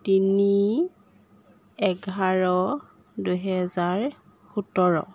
তিনি এঘাৰ দুহেজাৰ সোতৰ